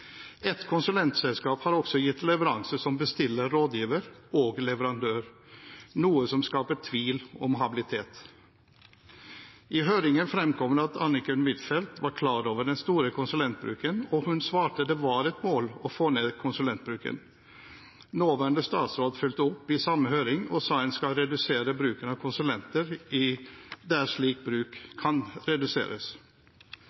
et mål å få ned konsulentbruken. Nåværende statsråd fulgte opp i samme høring og sa at en skal redusere bruken av konsulenter der slik bruk kan reduseres.